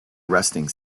resting